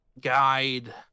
guide